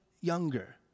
younger